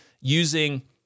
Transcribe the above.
using